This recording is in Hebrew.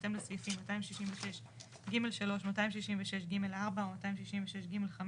בהתאם לסעיפים 266ג3 ,266ג4 או 266ג5,